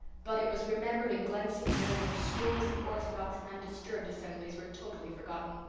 but it was remembered in glen st. mary when scores of orthodox and undisturbed assemblies were totally forgotten.